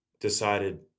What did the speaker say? decided